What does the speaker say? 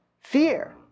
Fear